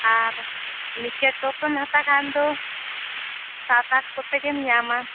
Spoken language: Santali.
ᱟᱨ ᱱᱤᱠᱟ ᱴᱚᱯ ᱮᱢ ᱦᱟᱛᱟᱣ ᱠᱷᱟᱱ ᱫᱚ ᱥᱟᱛ ᱟᱴ ᱠᱚᱛᱮ ᱜᱮᱢ ᱧᱟᱢᱟ